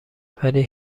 ولی